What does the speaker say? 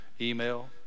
email